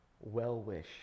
well-wish